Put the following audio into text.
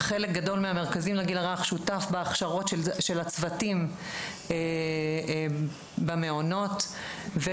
חלק גדול מהמרכזים לגיל הרך שותף בהכשרות של הצוותים במעונות היום.